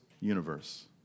universe